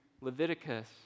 Leviticus